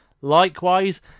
Likewise